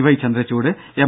Y Chandrachud M